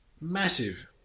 massive